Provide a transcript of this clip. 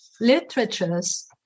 literatures